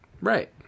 Right